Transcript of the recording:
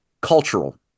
cultural